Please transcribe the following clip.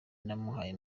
namuhaye